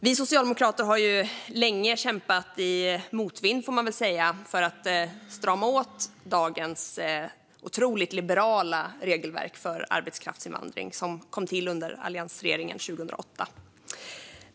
Vi socialdemokrater har ju kämpat länge - i motvind, får man väl säga - för att strama åt dagens otroligt liberala regelverk för arbetskraftsinvandring, som kom till under alliansregeringen 2008.